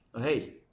Hey